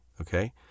okay